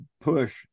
push